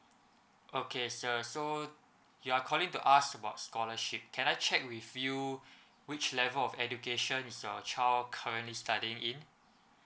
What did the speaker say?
okay sir so you are calling to ask about scholarship can I check with you which level of education is your child currently studying in